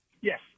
Yes